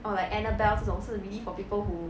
or like annabelle 这种是 really for people who